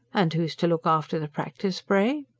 and who's to look after the practice, pray?